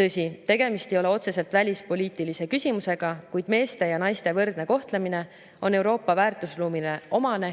Tõsi, tegemist ei ole otseselt välispoliitilise küsimusega, kuid meeste ja naiste võrdne kohtlemine on Euroopa väärtusruumile omane